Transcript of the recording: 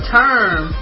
term